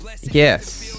yes